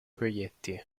proietti